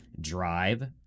drive